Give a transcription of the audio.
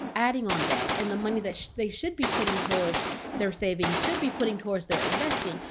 adding on debt. and the money that they should be putting towards their savings, should be putting towards their investing,